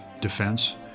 defense